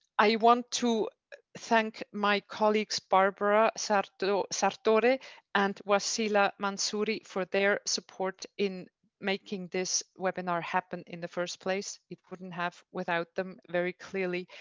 i want to thank my colleagues barbara sartore, sertori and wassila mansouri for their support in making this webinar happen in the first place. it wouldn't have without them very clearly.